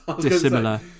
dissimilar